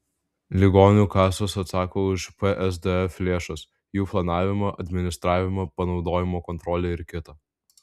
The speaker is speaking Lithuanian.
ligonių kasos atsako už psdf lėšas jų planavimą administravimą panaudojimo kontrolę ir kita